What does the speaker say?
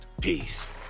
Peace